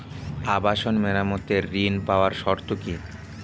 আবাসন মেরামতের ঋণ পাওয়ার শর্ত কি?